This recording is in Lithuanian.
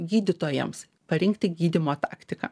gydytojams parinkti gydymo taktiką